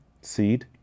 seed